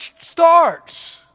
starts